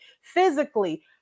physically